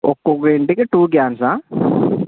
ఒక్కొక్క ఇంటికి two cans ఆ